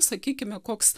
sakykime koks